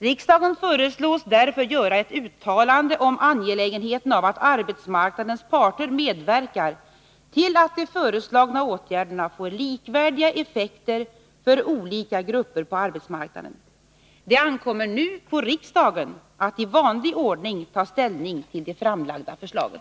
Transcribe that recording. Riksdagen föreslås därför göra ett uttalande om angelägenheten av att arbetsmarknadens parter medverkar till att de föreslagna åtgärderna får likvärdiga effekter för olika grupper på arbetsmarknaden. Det ankommer nu på riksdagen att i vanlig ordning ta ställning till de framlagda förslagen.